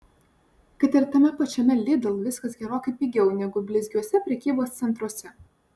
kad ir tame pačiame lidl viskas gerokai pigiau negu blizgiuose prekybos centruose